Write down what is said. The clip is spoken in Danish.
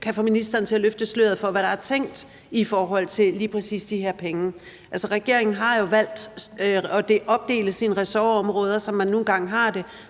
få ministeren til at løfte sløret for, hvad der er tænkt i forhold til lige præcis de her penge? Altså, regeringen har jo valgt at opdele sine ressortområder, som den nu engang har,